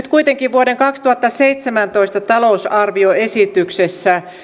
vuoden kaksituhattaseitsemäntoista talousarvioesityksessä